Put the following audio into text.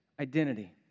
identity